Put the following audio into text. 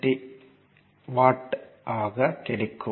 4 10 88 watt ஆகும்